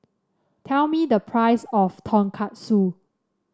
tell me the price of Tonkatsu